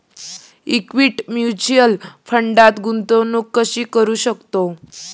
Equity mutual फंडात गुंतवणूक कशी करू शकतो?